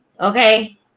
Okay